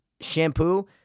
shampoo